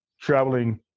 traveling